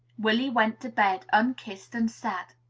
willy went to bed, unkissed and sad.